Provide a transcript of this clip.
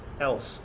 else